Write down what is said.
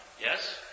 yes